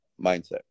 mindset